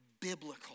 biblical